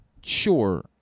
sure